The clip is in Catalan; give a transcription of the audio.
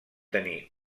tenir